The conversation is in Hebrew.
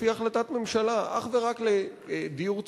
לפי החלטת ממשלה, אך ורק לדיור ציבורי,